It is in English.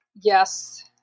yes